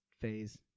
phase